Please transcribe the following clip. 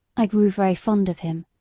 i grew very fond of him,